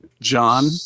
John